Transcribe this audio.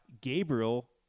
Gabriel